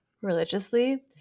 religiously